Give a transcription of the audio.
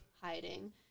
hiding